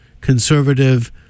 conservative